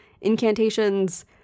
incantations